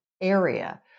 area